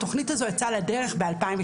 התכנית הזאת יצאה לדרך ב-2019,